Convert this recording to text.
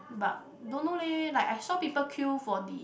but don't know leh like I saw people queue for the